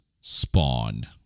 Spawn